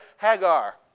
Hagar